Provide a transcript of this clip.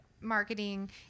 marketing